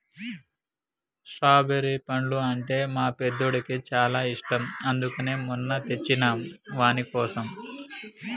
strawberry పండ్లు అంటే మా పెద్దోడికి చాలా ఇష్టం అందుకనే మొన్న తెచ్చినం వానికోసం